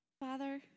Father